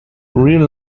real